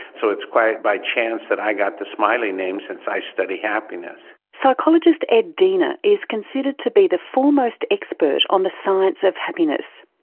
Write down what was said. so it's quite by chance that i got the smiley name since i study happiness. psychologist ed diener is considered to be the foremost expert on the science of happiness.